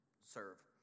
serve